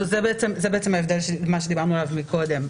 זה ההבדל עליו דיברנו קודם.